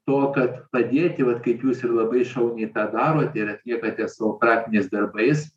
to kad padėti vat kaip jūs ir labai šauniai tą darote ir atliekate savo praktiniais darbais